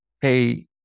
Hey